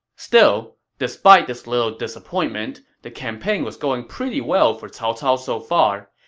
still, despite this little disappointment, the campaign was going pretty well for cao cao so far.